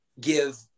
give